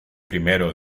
primero